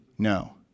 No